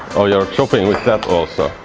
oh you are chopping with that also?